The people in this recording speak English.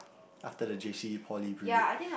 after the J_C poly period